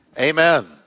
Amen